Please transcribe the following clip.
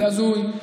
זה הזוי.